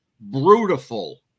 brutal